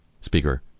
Speaker